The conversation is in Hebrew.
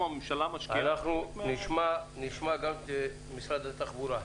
הממשלה משקיעה --- אנחנו נשמע גם את משרד התחבורה.